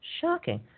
Shocking